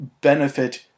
benefit